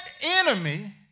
enemy